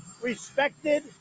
respected